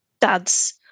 dads